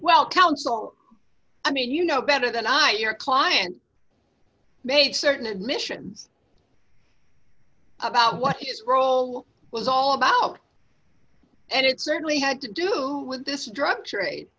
well counsel i mean you know better than i your client made certain admissions about what role was all about and it certainly had to do with this drug